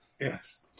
Yes